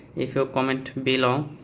if you comment below!